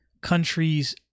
Countries